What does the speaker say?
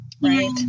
right